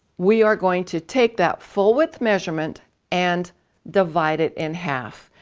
we are going to take that full width measurement and divide it in half.